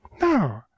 No